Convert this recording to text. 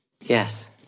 Yes